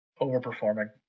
Overperforming